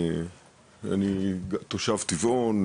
אני תושב טבעון,